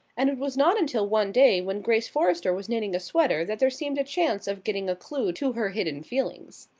and it was not until one day when grace forrester was knitting a sweater that there seemed a chance of getting a clue to her hidden feelings.